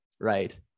right